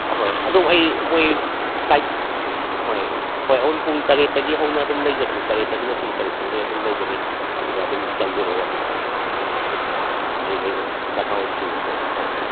ꯑꯍꯣꯏ ꯑꯗꯨꯝ ꯑꯩ ꯃꯣꯏ ꯐ꯭ꯂꯥꯏꯠ ꯑꯍꯣꯏ ꯑꯗꯨꯝ ꯄꯨꯡ ꯇꯔꯦꯠꯇꯒꯤ ꯍꯧꯅ ꯑꯗꯨꯝ ꯂꯩꯖꯕꯅꯦ ꯇꯔꯦꯠꯇꯒꯤꯅ ꯄꯨꯡ ꯇꯔꯨꯛꯐꯥꯎꯉꯩ ꯑꯗꯨꯝ ꯂꯩꯒꯅꯤ ꯑꯗꯨꯗ ꯑꯗꯨꯝ ꯆꯪꯕꯤꯔꯣ ꯑꯗꯨꯗ ꯃꯔꯤ ꯂꯩꯅꯕ ꯗꯔꯀꯥꯔ ꯑꯣꯏꯕꯁꯤꯡꯗꯣ ꯑꯩꯈꯣꯏ ꯑꯗꯨꯝ ꯇꯧꯔꯒꯦ